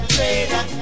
Trader